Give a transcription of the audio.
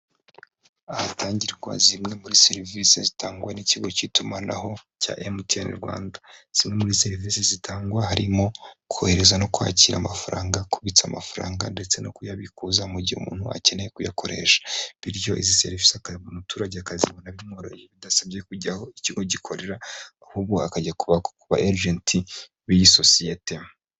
Ahatangirwa zimwe muri serivisi zitangwa n'ikigo cy'itumanaho, cya MTN Rwanda, zimwe muri serivisi zitangwa harimo, kohereza no kwakira amafaranga, kubitsa amafaranga ndetse no kuyabikuza mu gihe umuntu akeneye kuyakoresha, bityo izi serivisi umuturage akazibona bimworoheye bidasabye kujya aho ikigo gikorera, ahubwo akajya kuba egenti b'iyi sosiyete.